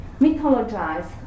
mythologize